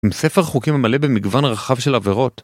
עם ספר חוקים מלא במגוון רחב של עבירות